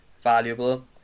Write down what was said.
valuable